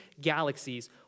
galaxies